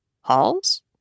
halls